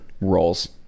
roles